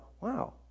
wow